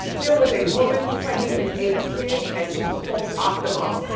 there was a woman pregnant with eight kids and she was called octomom.